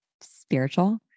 spiritual